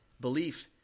Belief